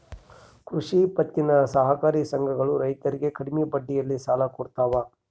ಕೃಷಿ ಪತ್ತಿನ ಸಹಕಾರಿ ಸಂಘಗಳು ರೈತರಿಗೆ ಕಡಿಮೆ ಬಡ್ಡಿಯಲ್ಲಿ ಸಾಲ ಕೊಡ್ತಾವ